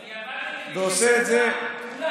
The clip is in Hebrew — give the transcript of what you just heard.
אני עבדתי בשביל כולם.